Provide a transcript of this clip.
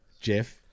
Jeff